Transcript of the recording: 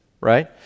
Right